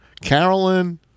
Carolyn